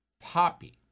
Poppy